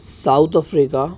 south Africa